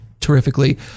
terrifically